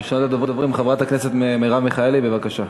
ראשונת הדוברים, חברת הכנסת מרב מיכאלי, בבקשה.